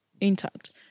intact